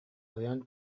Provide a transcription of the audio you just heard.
ойон